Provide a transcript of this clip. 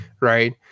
right